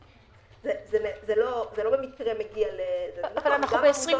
זה לא במקרה מגיע ל- -- אבל אנחנו ב-2021,